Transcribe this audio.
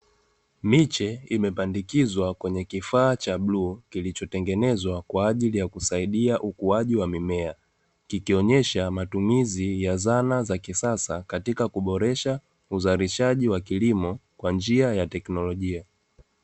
Miche imepandikizwa kwenye kifaa cha bluu kilichotengenezwa kwa ajili ya kusaidia ukuaji wa mimea, kikionyesha matumizi ya zana za kisasa katika kuboresha uzalishaji wa kilimo kwa njia ya teknolojia.